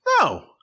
No